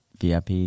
VIP